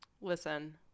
listen